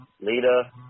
Lita